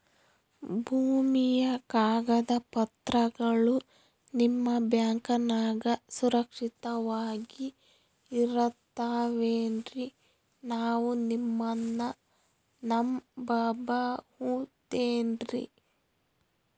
ಭೂಮಿಯ ಕಾಗದ ಪತ್ರಗಳು ನಿಮ್ಮ ಬ್ಯಾಂಕನಾಗ ಸುರಕ್ಷಿತವಾಗಿ ಇರತಾವೇನ್ರಿ ನಾವು ನಿಮ್ಮನ್ನ ನಮ್ ಬಬಹುದೇನ್ರಿ?